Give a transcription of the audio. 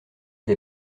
des